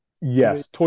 Yes